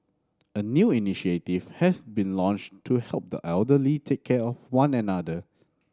a new initiative has been launched to help the elderly take care of one another